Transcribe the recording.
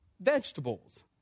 vegetables